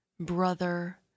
brother